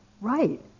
right